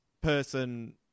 person